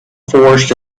forests